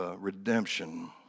redemption